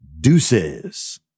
deuces